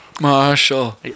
Marshall